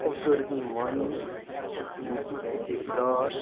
Abdul Rahim Wani Mohammad Siddiq Dar